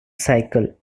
cycle